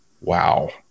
wow